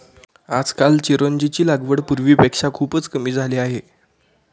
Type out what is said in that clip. आजकाल चिरोंजीची लागवड पूर्वीपेक्षा खूपच कमी झाली आहे